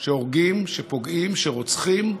שהורגים, שפוגעים, שרוצחים.